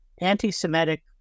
anti-Semitic